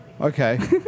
Okay